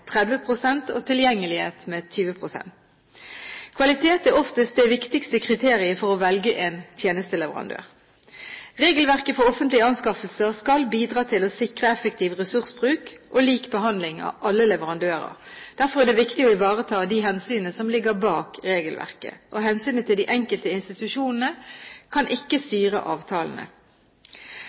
og tilgjengelighet med 20 pst. Kvalitet er oftest det viktigste kriteriet for å velge en tjenesteleverandør. Regelverket for offentlige anskaffelser skal bidra til å sikre effektiv ressursbruk og lik behandling av alle leverandører. Derfor er det viktig å ivareta de hensyn som ligger bak regelverket. Hensynet til de enkelte institusjonene kan ikke styre avtalene.